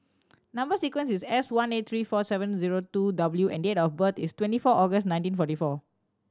number sequence is S one eight three four seven zero two W and date of birth is twenty four August nineteen forty four